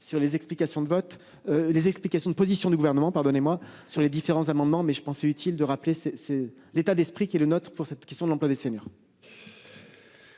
Les explications de position du gouvernement. Pardonnez-moi sur les différents amendements mais je pense utile de rappeler, c'est, c'est l'état d'esprit qui est le nôtre pour cette question de l'emploi des seniors.